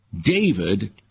David